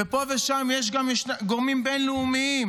ופה ושם יש גם גורמים בין-לאומיים